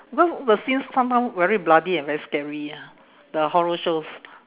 because the scenes sometime very bloody and very scary ah the horror shows